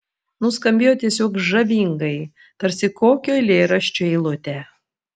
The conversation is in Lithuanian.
nuskambėjo tiesiog žavingai tarsi kokio eilėraščio eilutė